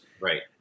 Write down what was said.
Right